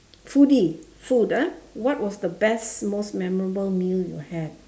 foodie food ah what was the best most memorable meal you had